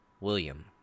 William